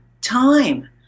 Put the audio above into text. time